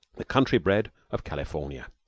the country-bred of california.